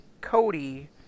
Cody